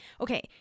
okay